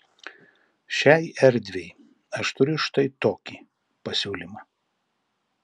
šiai erdvei aš turiu štai tokį pasiūlymą